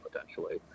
potentially